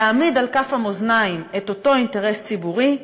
להעמיד על כף המאזניים את אותו אינטרס ציבורי,